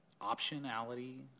optionality